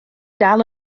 dal